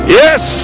yes